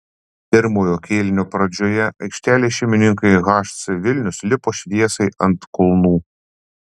pirmojo kėlinio pradžioje aikštelės šeimininkai hc vilnius lipo šviesai ant kulnų